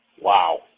Wow